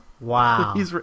Wow